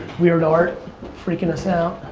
weird art freaking us out.